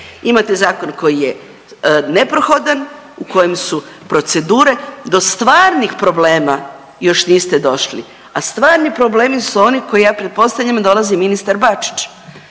Imate zakon koji je neprohodan, u kojem su procedure do stvarnih problema još niste došli, a stvarni problemi su oni koje ja pretpostavljam, dolazi ministar Bačić,